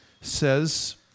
says